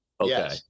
Okay